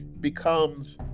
becomes